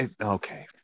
Okay